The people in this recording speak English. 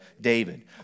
David